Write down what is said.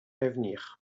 avenir